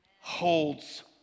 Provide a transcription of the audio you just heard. holds